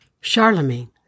Charlemagne